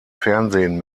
fernsehen